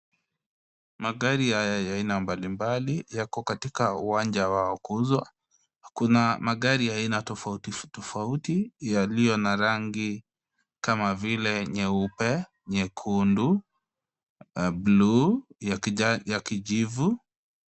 Magari ya aina mbalimbali yako katika uwanja wao wa kuuzwa. Kuna magari ya aina tofauti tofauti yaliyo na rangi kama vile nyeupe, nyekundu, buluu, ya kijivu,